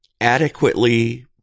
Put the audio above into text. adequately